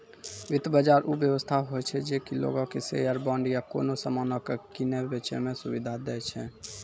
वित्त बजार उ व्यवस्था होय छै जे कि लोगो के शेयर, बांड या कोनो समानो के किनै बेचै मे सुविधा दै छै